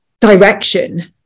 direction